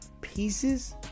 Pieces